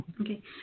Okay